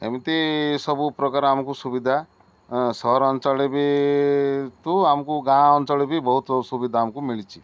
ଏମିତି ସବୁପ୍ରକାର ଆମକୁ ସୁବିଧା ସହରାଞ୍ଚଳ ବି ତୁ ଆମକୁ ଗାଁ ଅଞ୍ଚଳ ବି ବହୁତ ସୁବିଧା ଆମକୁ ମିଳିଛି